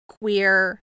queer